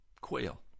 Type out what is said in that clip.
quail